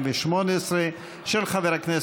(אומר בערבית: